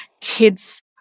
kids